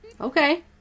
Okay